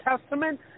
Testament